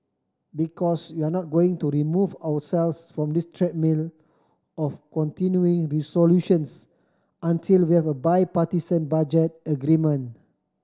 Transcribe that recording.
because we're not going to remove ourselves from this treadmill of continuing resolutions until we have a bipartisan budget agreement